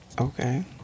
Okay